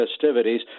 festivities